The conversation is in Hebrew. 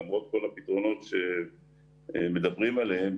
למרות כל הפתרונות שמדברים עליהם,